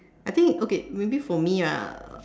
I think okay maybe for me I